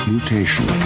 Mutation